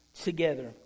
together